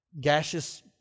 gaseous